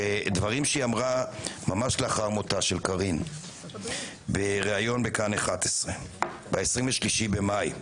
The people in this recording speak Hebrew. ממש לאחר מות קארין בראיון בכאן-11 ב-23 במאי.